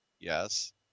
Yes